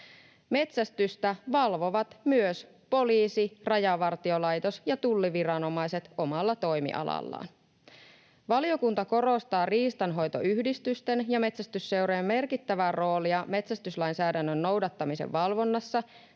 Metsästystä valvovat myös poliisi, Rajavartiolaitos ja tulliviranomaiset omalla toimialallaan. Valiokunta korostaa riistanhoitoyhdistysten ja metsästysseurojen merkittävää roolia metsästyslainsäädännön noudattamisen valvonnassa